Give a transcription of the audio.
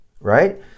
right